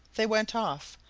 they went off,